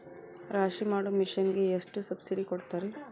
ರಾಶಿ ಮಾಡು ಮಿಷನ್ ಗೆ ಎಷ್ಟು ಸಬ್ಸಿಡಿ ಕೊಡ್ತಾರೆ?